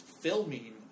filming